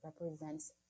represents